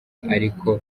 ariko